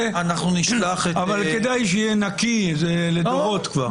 אבל כדאי שיהיה נקי כי זה כבר לדורות.